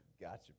Gotcha